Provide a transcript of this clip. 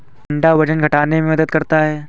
टिंडा वजन घटाने में मदद करता है